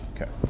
Okay